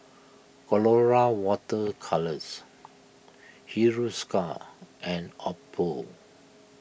Colora Water Colours Hiruscar and Oppo